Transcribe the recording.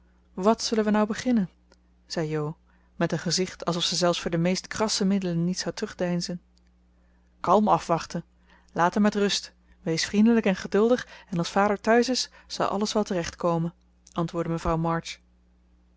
wàt zullen we nou beginnen zei jo met een gezicht alsof ze zelfs voor de meest krasse middelen niet zou terugdeinzen kalm afwachten laat haar met rust wees vriendelijk en geduldig en als vader thuis is zal alles wel terecht komen antwoordde mevrouw march